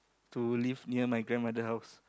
to live near my grandmother house